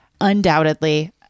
undoubtedly